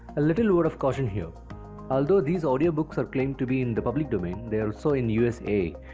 a little word of caution here although these audio books are claimed to be in the public domain, they are so in u s a.